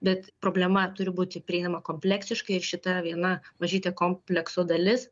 bet problema turi būti prieinama kompleksiškai ir šita viena mažytė komplekso dalis